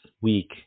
week